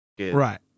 Right